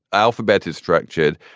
alphabet is structured.